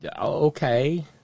Okay